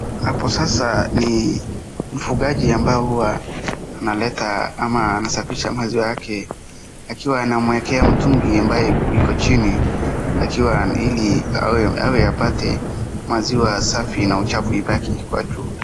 Hapa sasa ni mfugaji ambaoe huwa analeta ama anasafisha maziwa yake akiwa anamuekea mtungi amabye iko chini akiwa ili awe apate maziwa safi na uchafu ibaki kwa juu.